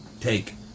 take